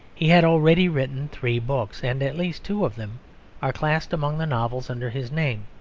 he had already written three books and at least two of them are classed among the novels under his name.